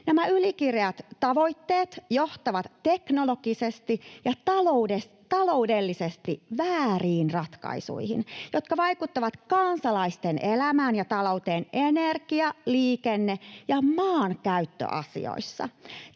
Nämä ylikireät tavoitteet johtavat teknologisesti ja taloudellisesti vääriin ratkaisuihin, jotka vaikuttavat kansalaisten elämään ja talouteen energia-, liikenne- ja maankäyttöasioissa.